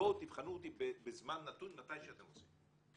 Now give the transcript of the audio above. בואו תבחנו אותי בזמן נתון מתי שאתם רוצים.